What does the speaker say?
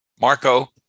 Marco